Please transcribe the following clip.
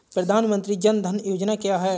प्रधानमंत्री जन धन योजना क्या है?